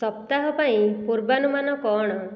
ସପ୍ତାହ ପାଇଁ ପୂର୍ବାନୁମାନ କ'ଣ